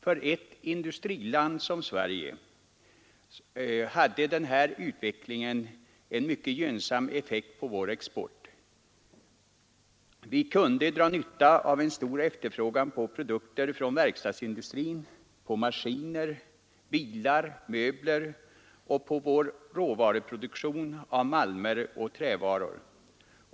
För ett industriland som Sverige har denna utveckling haft en gynnsam effekt på exporten. Vi har kunnat dra nytta av en stor efterfrågan på produkter från verkstadsindustrin, på maskiner, bilar och möbler och på vår råvaruproduktion av malmer och trävaror.